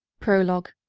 prologue.